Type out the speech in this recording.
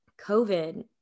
COVID